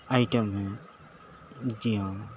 item ہے جی ہاں